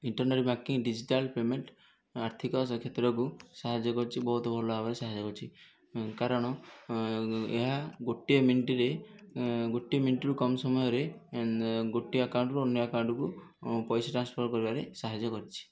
internet banking digital payment ଆର୍ଥିକ କ୍ଷେତ୍ରକୁ ସାହାଯ୍ୟ କରିଛି ବହୁତ ଭଲ ଭାବରେ ସାହାଯ୍ୟ କରିଛି କାରଣ ଏହା ଗୋଟିଏ ମିଣ୍ଟିରେ ଗୋଟିଏ ମିଣ୍ଟିରୁ କମ ସମୟରେ ଗୋଟିଏ ଆକାଉଣ୍ଟରୁ ଅନ୍ୟ ଆକାଉଣ୍ଟକୁ ପଇସା ଟ୍ରାନ୍ସଫର କରିବାରେ ସାହାଯ୍ୟ କରିଛି